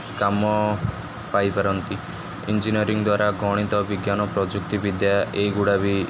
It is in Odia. କାମ ପାଇପାରନ୍ତି ଇଞ୍ଜିନିୟରିଂ ଦ୍ୱାରା ଗଣିତ ବିଜ୍ଞାନ ପ୍ରଯୁକ୍ତିବିଦ୍ୟା ଏହିଗୁଡ଼ା ବି